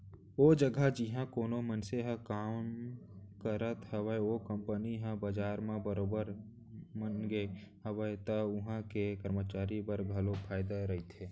ओ जघा जिहाँ कोनो मनसे ह काम करत हावय ओ कंपनी ह बजार म बरोबर जमगे हावय त उहां के करमचारी बर घलोक फायदा रहिथे